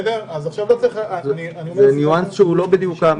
זה ניואנס שהוא לא בדיוק האמירה.